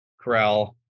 corral